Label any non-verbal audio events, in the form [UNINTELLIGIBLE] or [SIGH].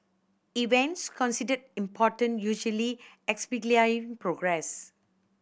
events considered important usually [UNINTELLIGIBLE] progress